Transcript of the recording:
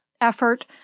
effort